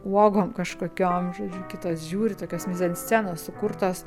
uogom kažkokiom žodžiu kitos žiūri tokios mizanscenos sukurtos